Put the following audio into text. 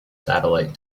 satellite